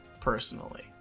personally